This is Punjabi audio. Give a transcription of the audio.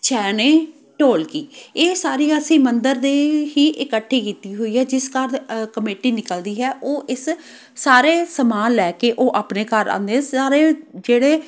ਛੈਣੇ ਢੋਲਕੀ ਇਹ ਸਾਰੀਆਂ ਅਸੀਂ ਮੰਦਰ ਦੇ ਹੀ ਇਕੱਠੇ ਕੀਤੀ ਹੋਈ ਹੈ ਜਿਸ ਘਰ ਕਮੇਟੀ ਨਿਕਲਦੀ ਹੈ ਉਹ ਇਸ ਸਾਰੇ ਸਮਾਨ ਲੈ ਕੇ ਉਹ ਆਪਣੇ ਘਰ ਆਉਂਦੇ ਸਾਰੇ ਜਿਹੜੇ